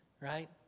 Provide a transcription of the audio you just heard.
Right